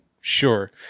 Sure